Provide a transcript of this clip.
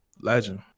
Legend